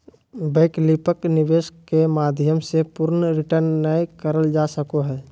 वैकल्पिक निवेश के माध्यम से पूर्ण रिटर्न नय करल जा सको हय